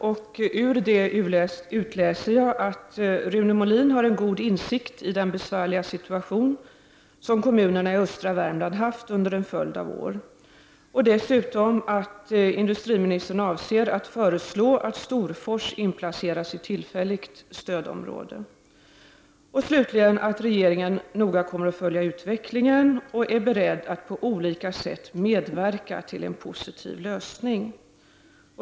Ur svaret läser jag att Rune Molin har en god insikt i den besvärliga situation som kommunerna i östra Värmland haft under en följd av år, att industriministern avser att föreslå att Storfors inplaceras i tillfälligt stödområde och slutligen att regeringen noga kommer att följa utvecklingen och är beredd att på olika sätt medverka till en positiv lösning.